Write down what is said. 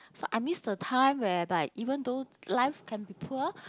so I miss the time whereby even though life can be poor